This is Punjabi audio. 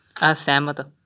ਅਸਹਿਮਤ